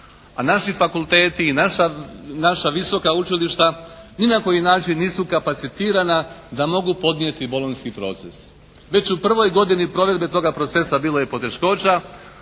a naši fakulteti i naša, naša visoka učilišta ni na koji način nisu kapacitirana da mogu podnijeti bolonjski proces. Već u prvoj godini provedbe toga procesa bilo je poteškoća.